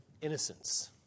innocence